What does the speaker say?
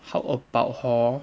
how about hor